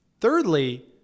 Thirdly